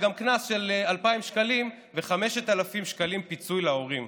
וגם קנס של 2,000 שקלים ופיצוי של 5,000 שקלים להורים.